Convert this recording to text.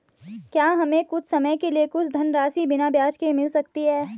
क्या हमें कुछ समय के लिए कुछ धनराशि बिना ब्याज के मिल सकती है?